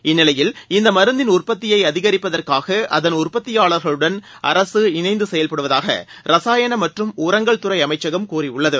இந்நிலையில் இந்த மருந்தின் உற்பத்தியை அதிகரிப்பதற்காக அதன் உற்பத்தியாளர்களுடன் அரசு இணைந்து செயல்படுவதாக ரசாயனம் மற்றும் உரங்கள் துறை அமைச்சகம் கூறியுள்ளது